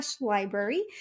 library